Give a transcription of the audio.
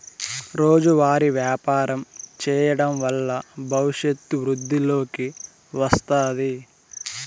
రోజువారీ వ్యాపారం చేయడం వల్ల భవిష్యత్తు వృద్ధిలోకి వస్తాది